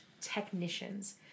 technicians